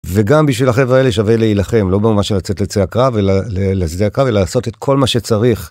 וגם בשביל החברה האלה שווה להילחם לא ממש לצאת לצעקה ולשדה הקרב ולעשות את כל מה שצריך.